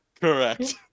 Correct